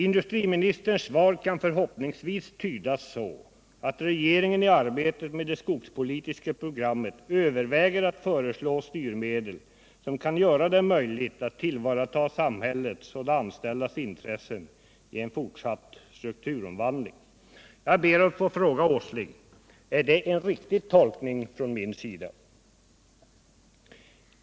Industriministerns svar kan förhoppningsvis tydas så, att regeringen i arbetet med det skogspolitiska programmet överväger att föreslå styrmedel som kan göra det möjligt att tillvarata samhällets och de anställdas intressen i en fortsatt strukturomvandling. Jag ber att få fråga Nils Åsling: Är det en riktig tolkning från min sida?